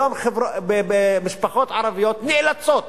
היום משפחות ערביות נאלצות